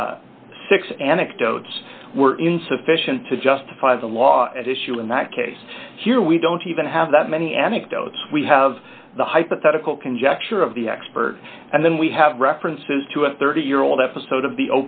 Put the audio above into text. that six anecdotes were insufficient to justify the law at issue in that case here we don't even have that many anecdotes we have the hypothetical conjecture of the expert and then we have references to a thirty year old episode of the